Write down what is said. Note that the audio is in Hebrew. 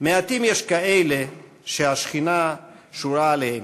"מעטים יש כאלה שהשכינה שורה עליהם,